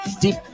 deep